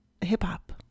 hip-hop